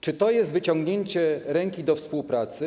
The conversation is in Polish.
Czy to jest wyciągnięcie ręki do współpracy?